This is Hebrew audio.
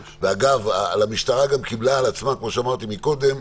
אגב, המשטרה גם קיבלה על עצמה, כמו שאמרתי מקודם,